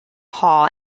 hall